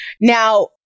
Now